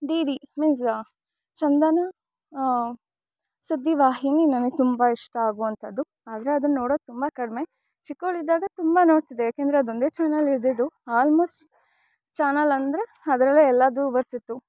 D D means Chandana ಸುದ್ದಿ ವಾಹಿನಿ ನನಗೆ ತುಂಬ ಇಷ್ಟ ಆಗುವಂತಹದ್ದು ಆದರೆ ಅದನ್ನು ನೋಡೊದು ತುಂಬ ಕಡಿಮೆ ಚಿಕ್ಕವಳಿದ್ದಾಗ ತುಂಬ ನೋಡ್ತಿದ್ದೆ ಏಕೆಂದರೆ ಅದೊಂದೇ ಚಾನಲ್ ಇದ್ದಿದ್ದು ಆಲ್ಮೋಸ್ಟ್ ಚಾನಲ್ ಅಂದರೆ ಅದ್ರಲ್ಲೇ ಎಲ್ಲದು ಬರ್ತಿತ್ತು